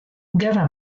gerra